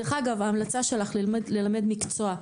דרך אגב, ההמלצה שלך ללמד מקצוע,